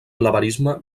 blaverisme